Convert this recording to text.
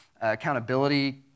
accountability